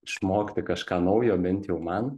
išmokti kažką naujo bent jau man